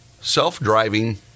self-driving